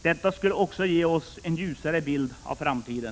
Detta skulle också ge oss en ljusare bild av framtiden.